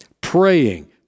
praying